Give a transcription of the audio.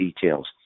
details